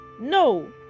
no